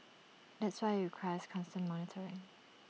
that's why IT requires constant monitoring